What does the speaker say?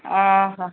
ଅ ହଁ